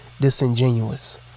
disingenuous